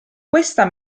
questa